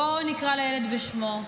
בואו נקרא לילד בשמו: